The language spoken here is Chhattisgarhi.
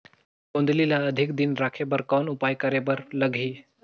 गोंदली ल अधिक दिन राखे बर कौन उपाय करे बर लगही?